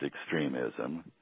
extremism